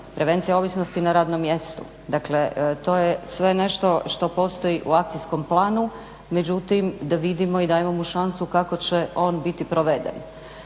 prevencija ovisnosti na radnom mjestu. Dakle, to je sve nešto što postoji u Akcijskom planu. Međutim, da vidimo i dajemo mu šansu kako će on biti proveden.